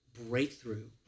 breakthrough